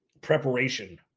preparation